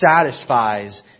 satisfies